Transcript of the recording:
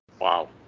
Wow